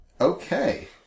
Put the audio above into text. Okay